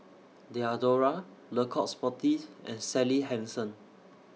Diadora Le Coq Sportif and Sally Hansen